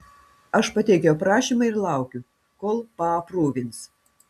aš pateikiau prašymą ir laukiu kol paaprūvins